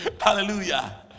hallelujah